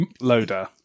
loader